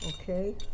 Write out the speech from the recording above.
Okay